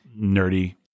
nerdy